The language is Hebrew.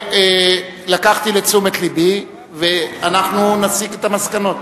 לקחתי לתשומת לבי, ואנחנו נסיק את המסקנות.